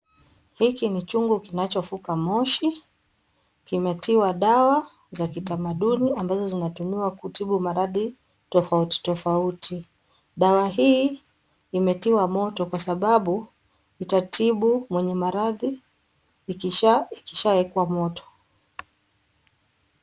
Hiki ni chungu kinachofuka moshi, kimetiwa dawa za kitamaduni ambazo zinatumiwa kutibu maradhi tofauti tofauti. Dawa hii, imetiwa moto kwa sababu, itatibu mwenye maradhi ikishawekwa moto.